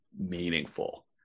meaningful